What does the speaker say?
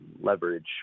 leverage